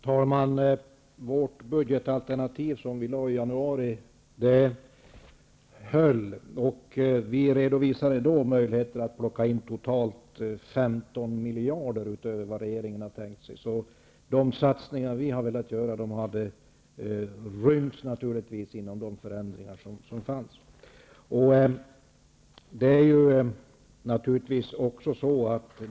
Herr talman! Det budgetalternativ som vi lade fram i januari höll. Vi redovisade då möjligheter att plocka fram totalt 15 miljarder utöver vad regeringen har tänkt sig. Så de satsningar vi har velat göra hade givetvis rymts inom de förändringar i förhållande till regeringsförslaget som vi föreslog.